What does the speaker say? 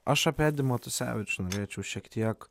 aš apie edį matusevičių norėčiau šiek tiek